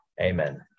Amen